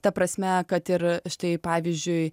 ta prasme kad ir štai pavyzdžiui